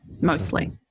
mostly